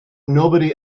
nobody